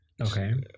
okay